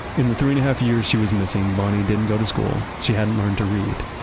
in the three and a half years she was missing, bonnie didn't go to school, she hadn't learned to read.